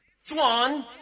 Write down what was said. swan